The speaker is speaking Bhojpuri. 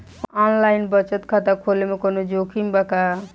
आनलाइन बचत खाता खोले में कवनो जोखिम बा का?